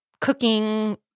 cooking